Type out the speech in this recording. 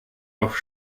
auf